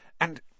And